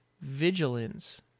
Vigilance